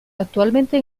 actualmente